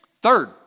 Third